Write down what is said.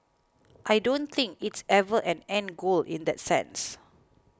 I don't think it's ever an end goal in that sense